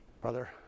Brother